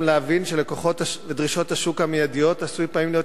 גם להבין שלדרישות השוק המיידיות עשוי פעמים להיות